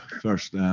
first